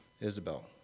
Isabel